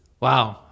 Wow